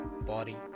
body